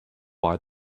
buy